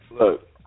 look